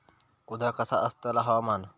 उद्या कसा आसतला हवामान?